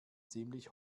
ziemlich